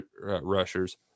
rushers